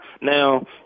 Now